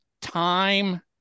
time